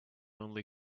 only